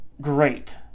great